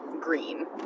green